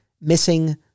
missing